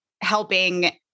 helping